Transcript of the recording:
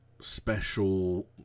special